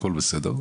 הכל בסדר,